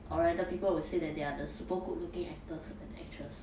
or rather people will say that they are the super good looking actors and actress